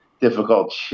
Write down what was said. difficult